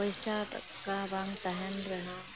ᱯᱚᱭᱥᱟ ᱴᱟᱠᱟ ᱵᱟᱝ ᱛᱟᱸᱦᱮᱱ ᱨᱮᱦᱚᱸ